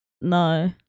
No